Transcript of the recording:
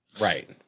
Right